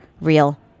real